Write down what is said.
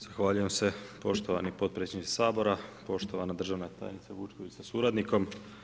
Zahvaljujem se poštovani potpredsjedniče Sabora, poštovana državna tajnice sa suradnikom.